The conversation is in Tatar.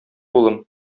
улым